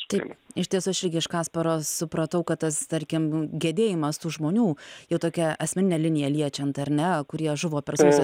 taip iš tiesų aš irgi iš kasparo supratau kad tas tarkim gedėjimas tų žmonių jau tokią asmeninę liniją liečiant ar ne kurie žuvo per sausio